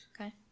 Okay